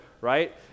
right